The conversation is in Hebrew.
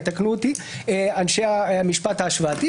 ויתקנו אותי אנשי המשפט ההשוואתי